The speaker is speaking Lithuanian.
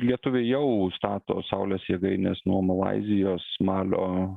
lietuviai jau stato saulės jėgaines nuo malaizijos malio